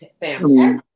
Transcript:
family